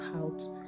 out